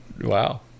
wow